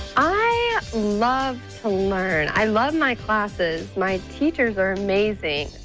i love to learn. i love my classes. my teachers are amazing.